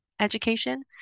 Education